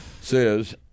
says